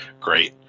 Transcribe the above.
great